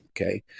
okay